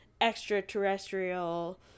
extraterrestrial